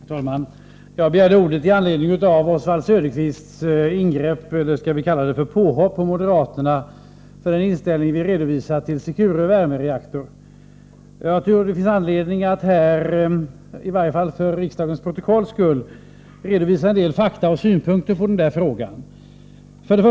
Herr talman! Jag har begärt ordet med anledning av Oswald Söderqvists påhopp på moderaterna för den inställning vi redovisat till Secure värmereaktor. Jag tror att det finns anledning att här — i varje fall för riksdagens protokolls skull — redovisa en del fakta och synpunkter i det sammanhanget.